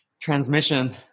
transmission